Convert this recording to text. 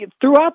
throughout